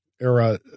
era